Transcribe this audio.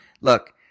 look